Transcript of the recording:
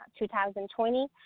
2020